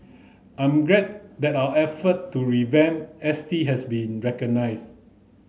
I'm glad that our effort to revamp S T has been recognised